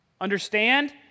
Understand